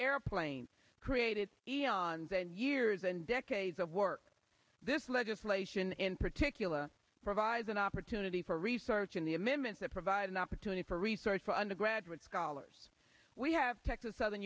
airplanes created eon that years and decades of work this legislation in particular provides an opportunity for research in the amendments that provide an opportunity for research for undergraduate scholars we have texas southern